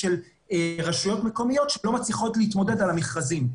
של רשויות מקומיות שלא מצליחות להתמודד במכרזים.